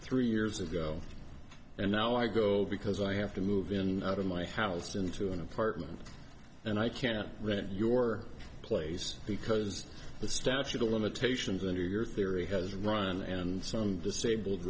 three years ago and now i go because i have to move in and out of my house into an apartment and i can't rent your place because the statute of limitations under your theory has run and some disabled